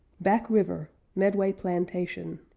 back river medway plantation